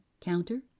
counter